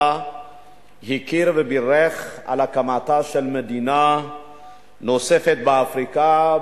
הכיר ובירך על הקמתה של מדינה נוספת באפריקה,